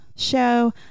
show